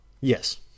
Yes